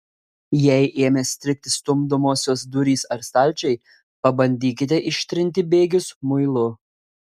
jei ėmė strigti stumdomosios durys ar stalčiai pabandykite ištrinti bėgius muilu